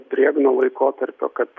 drėgno laikotarpio kad